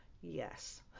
Yes